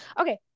Okay